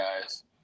guys